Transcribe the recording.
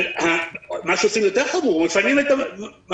אבל מה שעושים יותר חמור הוא ששמים את המחלקות,